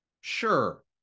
sure